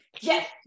Yes